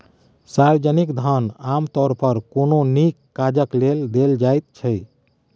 सार्वजनिक धन आमतौर पर कोनो नीक काजक लेल देल जाइत छै